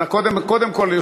קודם כול,